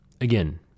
Again